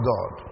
God